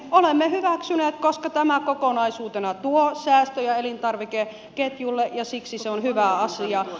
olemme hyväksyneet koska tämä kokonaisuutena tuo säästöjä elintarvikeketjulle ja siksi se on hyvä asia